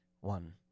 one